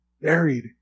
buried